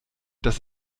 das